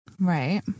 Right